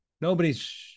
Nobody's